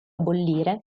bollire